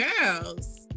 girls